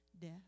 death